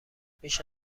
میشه